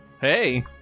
Hey